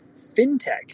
FinTech